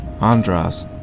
Andras